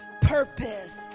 purpose